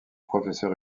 professeur